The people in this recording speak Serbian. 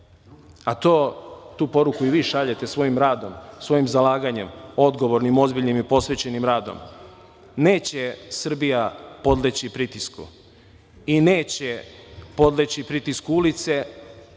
a tu poruku i vi šaljete svojim radom, svojim zalaganjem, odgovornim, ozbiljnim i posvećenim radom, neće Srbija podleći pritisku i neće podleći pritisku ulice,